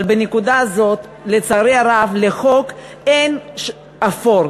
אבל בנקודה הזאת, לצערי הרב, בחוק אין אפור.